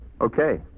Okay